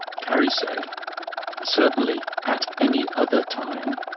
carrie said certainly at any other time,